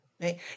right